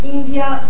India